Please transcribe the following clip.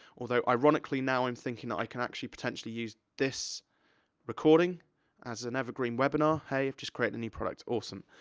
although, ironically, now i'm thinking i can actually, potentially, use this recording as an evergreen webinar. hey, i've just created a new product, awesome.